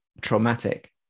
traumatic